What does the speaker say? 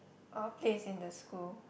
all place in the school